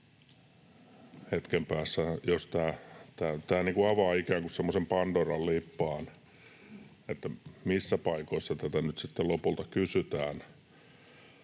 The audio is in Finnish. Jatkossa tämä avaa ikään kuin semmoisen pandoran lippaan, että missä paikoissa tätä nyt sitten lopulta kysytään.